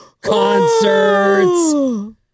concerts